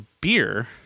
beer